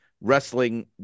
wrestling